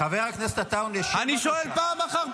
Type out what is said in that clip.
--- חבר הכנסת עטאונה, שב,